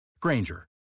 Granger